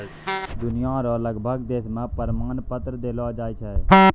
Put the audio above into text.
दुनिया रो लगभग देश मे प्रमाण पत्र देलो जाय छै